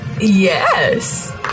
Yes